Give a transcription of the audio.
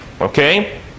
okay